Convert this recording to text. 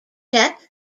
czech